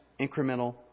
incremental